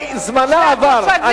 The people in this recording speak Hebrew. זמנה עבר.